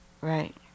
Right